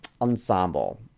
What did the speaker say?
ensemble